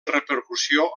repercussió